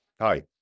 Hi